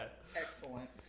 Excellent